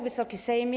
Wysoki Sejmie!